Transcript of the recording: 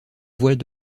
voiles